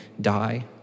die